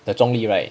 the zhong li right